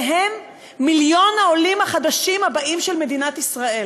והן מיליון העולים החדשים הבאים של מדינת ישראל.